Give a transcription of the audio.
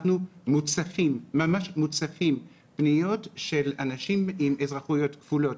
אנחנו ממש מוצפים פניות של אנשים עם אזרחויות כפולות,